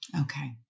Okay